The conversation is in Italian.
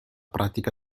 pratica